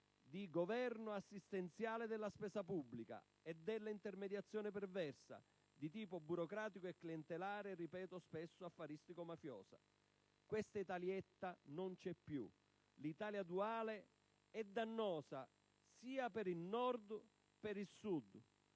del governo assistenziale della spesa pubblica e dell'intermediazione perversa di tipo burocratico, clientelare e - ripeto - spesso affaristico-mafioso. Questa Italietta non c'è più: l'Italia duale è dannosa sia per il Nord che per il Sud.